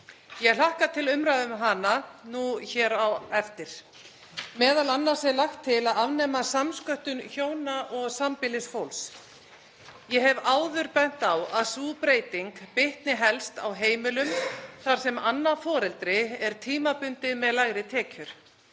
Ég hlakka til umræðu um hana hér á eftir. Meðal annars er lagt til að afnema samsköttun hjóna og sambýlisfólks. Ég hef áður bent á að sú breyting bitni helst á heimilum þar sem annað foreldrið er tímabundið með lægri tekjur